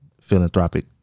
philanthropic